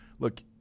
Look